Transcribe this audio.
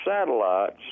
satellites